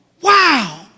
Wow